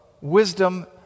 wisdom